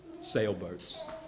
sailboats